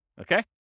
Okay